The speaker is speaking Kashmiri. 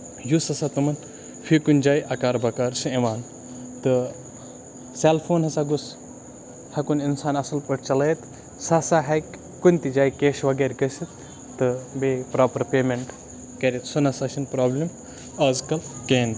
یُس ہسا تِمن فی جایہِ اَکار بَکار چھُ یِوان تہٕ سیلفون ہسا گوٚژھ ہٮ۪کُن اِنسان اَصٕل پٲٹھۍ چلٲیِتھ سُہ ہسا ہیٚکہِ کُنہِ تہِ جایہِ کیش وغیرہ گٔژھِتھ تہٕ بیٚیہِ پروپر پیمینٹ کرِ سُہ نہ سا چھےٚ نہٕ پروبلِم آز کَل کِہینۍ تہِ